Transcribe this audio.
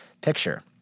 picture